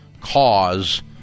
cause